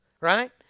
right